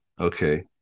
Okay